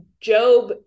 Job